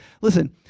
listen